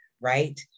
right